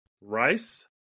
Rice